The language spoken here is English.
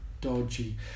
dodgy